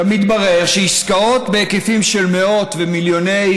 עכשיו, מתברר שעסקאות בהיקפים של מאות מיליוני